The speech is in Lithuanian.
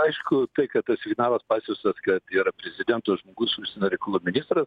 aišku tai kad tas signalas pasiųstas kad yra prezidento žmogus užsienio reikalų ministras